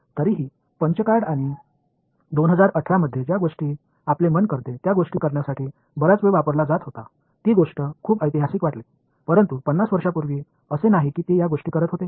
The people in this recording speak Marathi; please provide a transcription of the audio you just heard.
तरीही पंचकार्ड आणि 2018 मध्ये ज्या गोष्टी आपले मन करते त्या गोष्टी करण्यासाठी बराच वेळ वापरला जात होता ती गोष्ट खूप ऐतिहासिक वाटली परंतु 50 वर्षांपूर्वी असे नाही की ते या गोष्टी करत होते